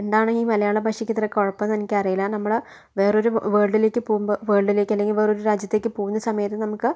എന്താണീ മലയാള ഭാഷയ്ക്ക് ഇത്ര കുഴപ്പമെന്ന് എനിക്കറിയില്ല നമ്മുടെ വേറൊര് വേൾഡിലേക്ക് പോവുമ്പോൾ വേൾഡിലേക്ക് അല്ലെങ്കിൽ വേറൊരു രാജ്യത്തേക്ക് പോവുന്ന സമയത്ത് നമുക്ക്